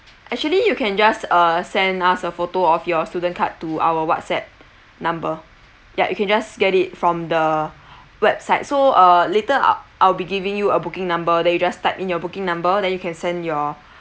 actually you can just uh send us a photo of your student card to our whatsapp number ya you can just get it from the website so uh later I I'll be giving you a booking number then you just type in your booking number then you can send your